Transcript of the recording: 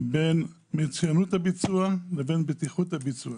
בין מצוינות הביצוע לבטיחות הביצוע.